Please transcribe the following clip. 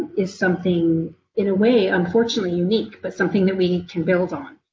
is something in a way unfortunately unique, but something that we can build on.